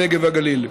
הנגב והגליל.